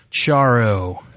Charo